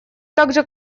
также